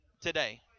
today